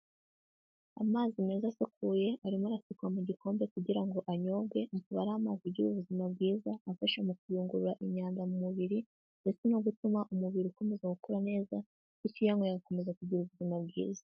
Amazi meza asukuye arimo arasukwa mu gikombe kugira ngo anyobwe, akaba ari amazi agire ubuzima bwiza, afasha mu kuyungurura imyanda mu mubiri ndetse no gutuma umubiri ukomeza gukora neza, bityo uyanyweye akomeza kugira ubuzima bwiza.